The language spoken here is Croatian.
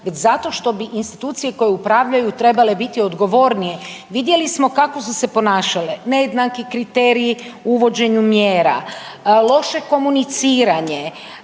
zato što bi institucije koje upravljaju trebale biti odgovornije. Vidjeli smo kako su se ponašale, nejednaki kriteriji uvođenju mjera, loše komuniciranje,